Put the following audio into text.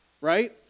right